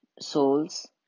souls